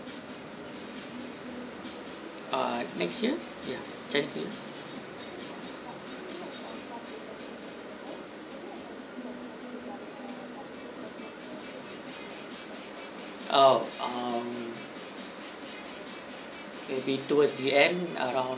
ah next year ya chinese new year oh ah maybe towards the end around